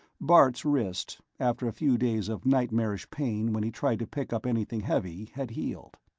bart's wrist, after a few days of nightmarish pain when he tried to pick up anything heavy had healed.